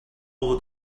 over